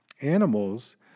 animals